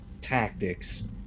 tactics